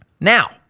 Now